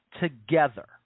together